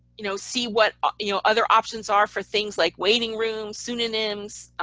you know, see what ah you know other options are for things like waiting rooms, pseudonyms,